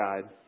guide